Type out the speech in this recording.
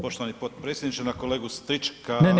Poštovani potpredsjedniče na kolegu Stričaka…